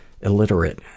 illiterate